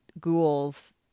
ghouls